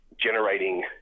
generating